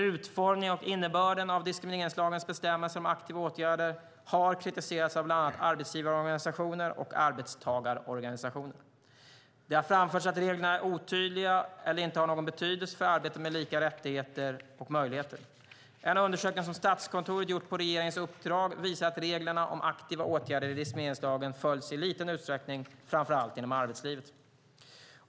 Utformningen och innebörden av diskrimineringslagens bestämmelser om aktiva åtgärder har kritiserats av bland annat arbetsgivarorganisationer och arbetstagarorganisationer. Det har framförts att reglerna är otydliga eller inte har någon betydelse för arbetet med lika rättigheter och möjligheter. En undersökning som Statskontoret gjort på regeringens uppdrag visar att reglerna om aktiva åtgärder i diskrimineringslagen följs i liten utsträckning, framför allt inom arbetslivet.